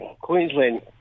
Queensland